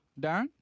Darren